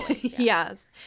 Yes